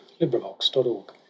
LibriVox.org